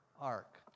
ark